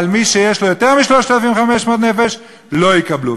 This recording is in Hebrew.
אבל מי שיש לו יותר מ-3,500 נפש לא יקבלו.